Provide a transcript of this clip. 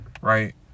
right